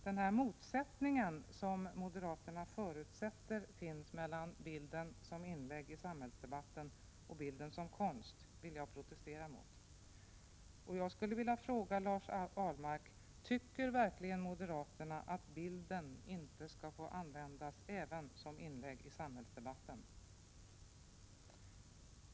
Denna motsättning som moderaterna förutsätter finns mellan bilden som inlägg i samhällsdebatten och bilden som konst vill jag protestera emot. Jag skulle vilja fråga Lars Ahlmark om moderaterna verkligen tycker att bilden inte skall få användas även som inlägg i samhällsdebatten.